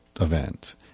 event